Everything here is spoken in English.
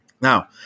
Now